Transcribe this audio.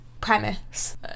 premise